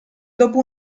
dopo